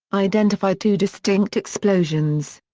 identified two distinct explosions.